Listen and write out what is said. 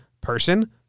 person